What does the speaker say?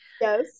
Yes